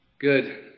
Good